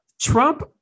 Trump